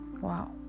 Wow